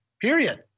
Period